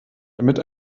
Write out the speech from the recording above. damit